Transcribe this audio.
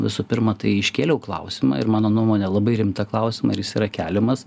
visų pirma tai iškėliau klausimą ir mano nuomone labai rimtą klausimą ir jis yra keliamas